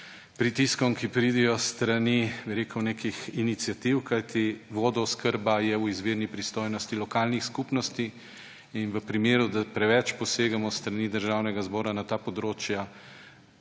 pritiskom, ki pridejo s strani nekih iniciativ, kajti vodooskrba je v izvirni pristojnosti lokalnih skupnosti in v primeru, da preveč posegamo s strani Državnega zbora na ta področja,